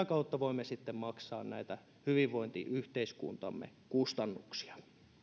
kautta voimme sitten maksaa näitä hyvinvointiyhteiskuntamme kustannuksia